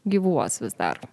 gyvuos vis dar